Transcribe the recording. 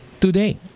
today